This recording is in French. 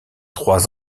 trois